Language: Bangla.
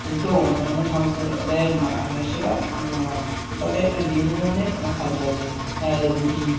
কিন্তু অন্য অন্য সম্প্রদায়ের মানুষেরা তাদের বিভিন্ন ধরনের খাদ্য আছে রুটি